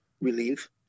relief